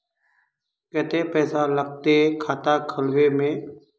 केते पैसा लगते खाता खुलबे में?